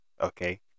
okay